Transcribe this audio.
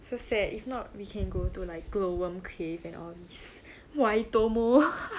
so sad if not we can go to like glow worm cave and all these waitomo